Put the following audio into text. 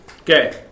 Okay